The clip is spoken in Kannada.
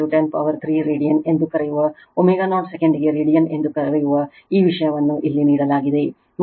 5 10 ಪವರ್ 3 ರೇಡಿಯನ್ ಎಂದು ಕರೆಯುವ ω0 ಸೆಕೆಂಡಿಗೆ ರೇಡಿಯನ್ ಎಂದು ಕರೆಯುವ ಈ ವಿಷಯವನ್ನು ಇಲ್ಲಿ ನೀಡಲಾಗಿದೆ